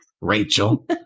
Rachel